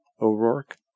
O'Rourke